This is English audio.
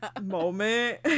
moment